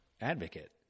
advocate